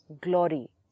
glory